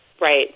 Right